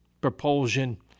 propulsion